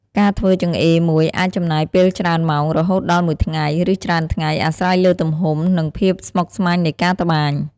ការធ្វើចង្អេរមួយ អាចចំណាយពេលច្រើនម៉ោង រហូតដល់មួយថ្ងៃ ឬច្រើនថ្ងៃ អាស្រ័យលើទំហំ និងភាពស្មុគស្មាញនៃការត្បាញ។